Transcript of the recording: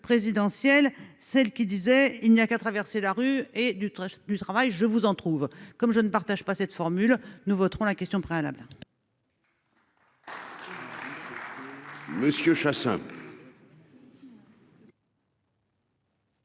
présidentielle, celle qui disait : il n'y a qu'à traverser la rue et du trash du travail, je vous en trouve comme je ne partage pas cette formule, nous voterons la question préalable.